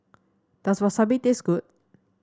does Wasabi taste good